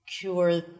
cure